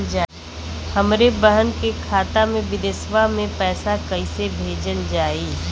हमरे बहन के खाता मे विदेशवा मे पैसा कई से भेजल जाई?